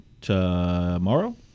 tomorrow